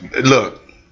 Look